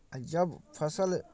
जब फसल